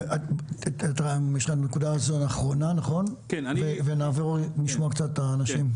זו הנקודה האחרונה ונעבור לשמוע את האנשים.